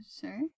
sure